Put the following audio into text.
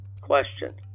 Question